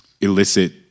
elicit